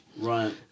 Right